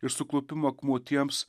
ir suklupimo akmuo tiems